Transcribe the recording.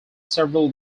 several